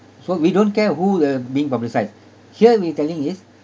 so we don't care who the being publicised here we're telling is